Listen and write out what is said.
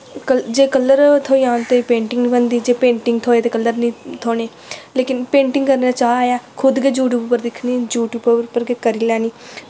क जे कलर थ्होई जान ते पोेंटिंग निं बनदी जे पेंटिंग थ्होए ते कलर निं थ्होने लेकिन पेंटिंग करने दा चाऽ ऐ खुद गै यूटयूब पर दिक्खनी यूटयूब पर गै करी लैनी